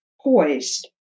poised